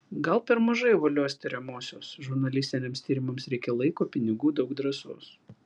gal per mažai uolios tiriamosios žurnalistiniams tyrimams reikia laiko pinigų daug drąsos